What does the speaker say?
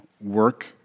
work